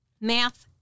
math